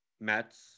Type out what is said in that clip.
Mets